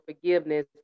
forgiveness